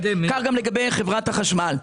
כך גם לגבי חברת החשמל.